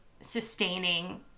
sustaining